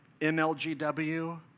MLGW